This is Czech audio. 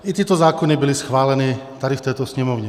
I tyto zákony byly schváleny tady v této Sněmovně.